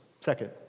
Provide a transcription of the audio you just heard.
Second